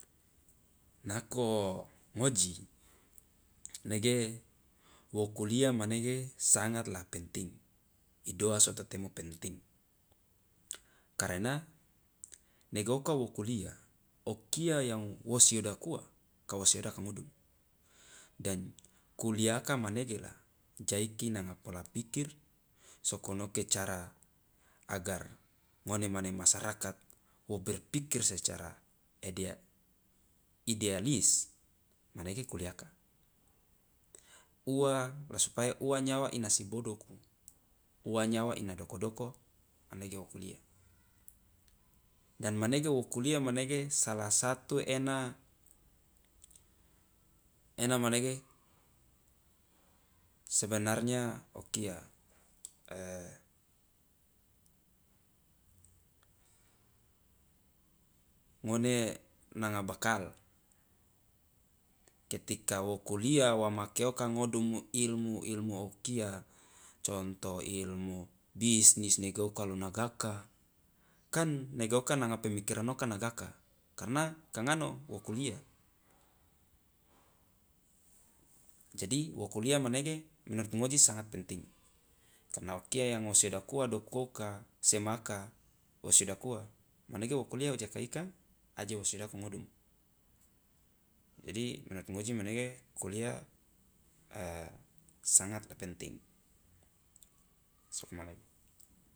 Nako ngoji nege wo kuliah manege sangat la penting, idoa so to temo penting? Karena nageoka wo kuliah o kia yang wo siodak ua ka wo siodaka ngudum, dan kuliaka manege la ja iki nanga pola pikir, soko noke cara agar ngone mane masyarakat wo berpikir secara idea idealis manege kuliaka, ua la supaya ua nyawa ina si bodoku, ua nyawa ina doko doko, manege o kuliah, dan manege wo kuliah manege salah satu ena ena manege sebenarnya o kia ngone nanga bakal ketika wo kuliah wa make oka ngodumu ilmu ilmu o kia, contoh ilmu bisnis nege oka lo nagaka kan negeoka nanga pemikiran oka na gaka karena ka ngano wo kuliah, jadi wo kuliah manege menurut ngoji sangat penting karena o kia yang wo siodak ua doku oka, semaka wo siodak ua manege wo kuliah wo jaka ika aje wo siodaka ngodumu, jadi menurut ngoji manege kuliah sangatlah penting, sugmanege.